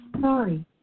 Sorry